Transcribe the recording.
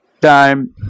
time